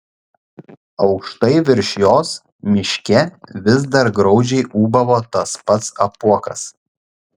aukštai virš jos miške vis dar graudžiai ūbavo tas pats apuokas